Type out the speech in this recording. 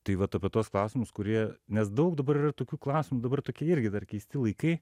tai vat apie tuos klausimus kurie nes daug dabar yra tokių klausimų dabar tokie irgi dar keisti laikai